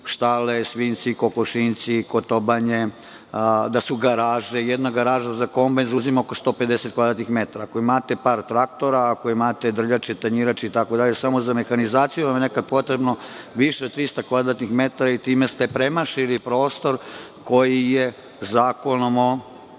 štale, kokošinjci, kotobanje, da su garaže… Jedna garaža za kombajn zauzima oko 150 kvadratnih metara. Ako imate par traktora, ako imate drljače, tanjirače itd, samo za mehanizaciju vam je nekad potrebno više od 300 kvadratnih metara i time ste premašili prostor koji je Zakonom o